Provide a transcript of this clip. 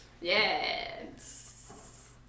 Yes